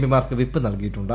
P Mark വിപ്പ് നൽകിയിട്ടുണ്ട്